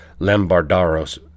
Lambardaros